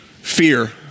fear